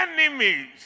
enemies